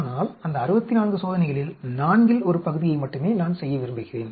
ஆனால் அந்த 64 சோதனைகளில் நான்கில் ஒரு பகுதியை மட்டுமே நான் செய்ய விரும்புகிறேன்